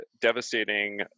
devastating